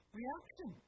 reaction